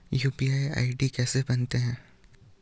UPI ID कैसे बनाते हैं?